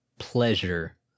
pleasure